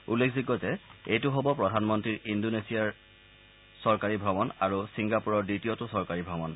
উল্লেখযোগ্য যে এইটো হ'ব প্ৰধানমন্তীৰ প্ৰথমটো ইণ্ডোনেছিয়া চৰকাৰী ভ্ৰমণ আৰু ছিংগাপুৰৰ দ্বিতীয়টো চৰকাৰী ভ্ৰমণ